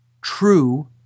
true